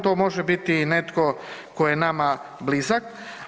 To može biti i netko tko je nama blizak.